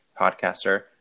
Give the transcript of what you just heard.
podcaster